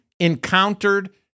Encountered